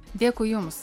dėkui jums